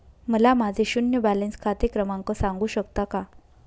मला माझे शून्य बॅलन्स खाते क्रमांक सांगू शकता का?